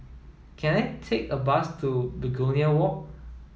can I take a bus to Begonia Walk